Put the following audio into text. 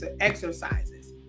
exercises